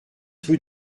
rue